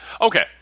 Okay